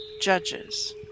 Judges